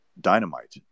dynamite